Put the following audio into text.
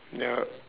ya